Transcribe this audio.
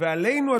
ועלינו,